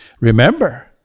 Remember